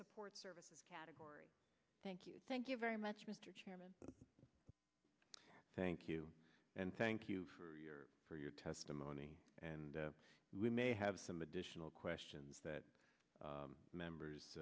support services category thank you thank you very much mr chairman thank you and thank you for your for your testimony and we may have some additional questions that